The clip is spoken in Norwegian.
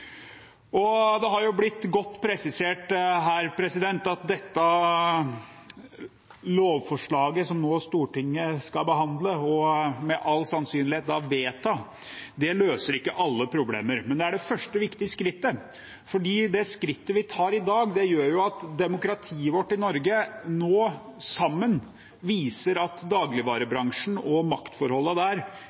Det er blitt godt presisert her at dette lovforslaget som Stortinget nå skal behandle og med all sannsynlighet vedta, ikke løser alle problemer, men det er det første, viktige skrittet. For det skrittet vi tar i dag, gjør at demokratiet vårt i Norge nå viser at dagligvarebransjen og maktforholdene der